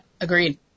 Agreed